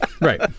Right